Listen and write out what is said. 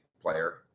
player